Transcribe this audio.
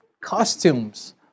costumes